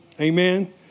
Amen